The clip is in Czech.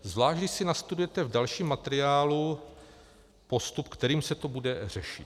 Zvlášť když si nastudujete v dalším materiálu postup, kterým se to bude řešit.